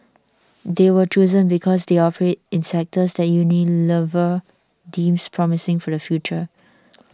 they were chosen because they operate in sectors that Unilever deems promising for the future